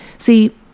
See